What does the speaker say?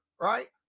right